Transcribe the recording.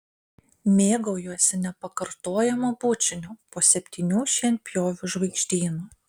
mėgaujuosi nepakartojamu bučiniu po septynių šienpjovių žvaigždynu